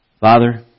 Father